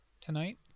tonight